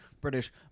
British